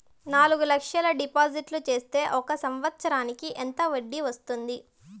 నాలుగు లక్షల డిపాజిట్లు సేస్తే ఒక సంవత్సరానికి ఎంత వడ్డీ వస్తుంది?